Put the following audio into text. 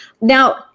now